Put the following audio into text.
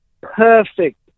perfect